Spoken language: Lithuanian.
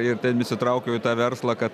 ir ten įsitraukiau į tą verslą kad